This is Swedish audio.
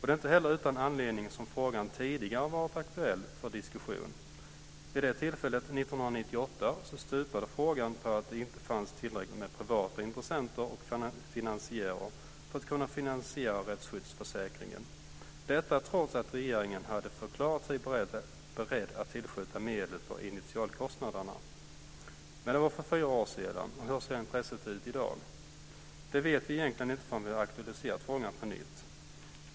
Det är inte heller utan anledning som frågan tidigare har varit aktuell för diskussion. Vid det tillfället, 1998, stupade frågan på att det inte fanns tillräckligt med privata intressenter och finansiärer för att kunna finansiera rättsskyddsförsäkringen, detta trots att regeringen hade förklarat sig beredd att tillskjuta medel för initialkostnaderna. Det var för fyra år sedan. Hur ser intresset ut i dag? Det vet vi egentligen inte förrän vi har aktualiserat frågan på nytt.